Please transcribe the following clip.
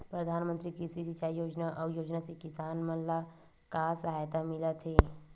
प्रधान मंतरी कृषि सिंचाई योजना अउ योजना से किसान मन ला का सहायता मिलत हे?